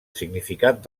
significat